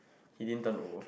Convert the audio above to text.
he didn't turn old